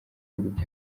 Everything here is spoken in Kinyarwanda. y’ibihugu